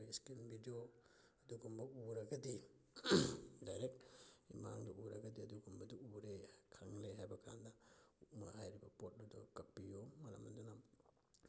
ꯏꯁꯀꯤꯟ video ꯑꯗꯨꯒꯨꯝꯕ ꯎꯔꯒꯗꯤ direct ꯃꯤꯠꯃꯥꯡꯗ ꯎꯔꯒꯗꯤ ꯑꯗꯨꯒꯨꯝꯕꯗꯨ ꯎꯔꯦ ꯈꯪꯂꯦ ꯍꯥꯏꯕ ꯀꯥꯟꯗ ꯍꯥꯏꯔꯤꯕ ꯄꯣꯠ ꯑꯗꯨ ꯀꯛꯄꯤꯌꯨ ꯃꯔꯝ ꯑꯗꯨꯅ